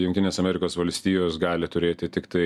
jungtinės amerikos valstijos gali turėti tiktai